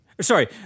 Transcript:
Sorry